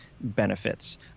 benefits